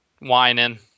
whining